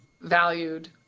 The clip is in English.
valued